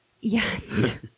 Yes